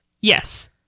Yes